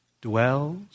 dwells